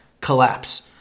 collapse